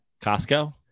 Costco